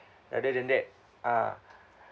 rather than that uh